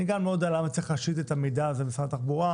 אני גם לא יודע למה צריך לשלוח את המידע הזה למשרד התחבורה,